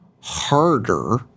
harder